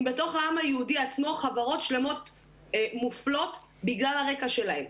אם בתוך העם היהודי עצמו חברות שלמות מופלות בגלל הרקע שלהן,